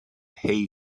hay